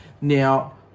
Now